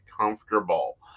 comfortable